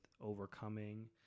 overcoming